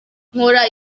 nkora